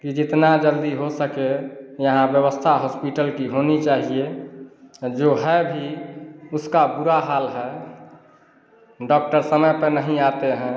कि जितनी जल्दी हो सके यहाँ व्यवस्था हॉस्पिटल की होनी चाहिए जो है भी उसका बुरा हाल है डॉक्टर समय पर नहीं आते हैं